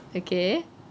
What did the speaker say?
okay